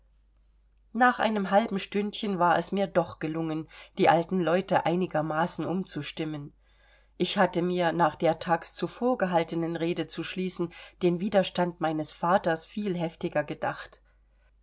nach einem halben stündchen war es mir doch gelungen die alten leute einigermaßen umzustimmen ich hatte mir nach der tags zuvor gehaltenen rede zu schließen den widerstand meines vaters viel heftiger gedacht